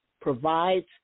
provides